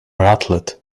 rattled